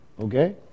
Okay